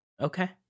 Okay